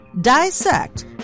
dissect